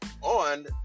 on